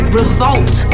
revolt